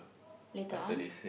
later on